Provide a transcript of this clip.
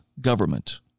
government